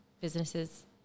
businesses